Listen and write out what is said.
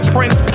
Prince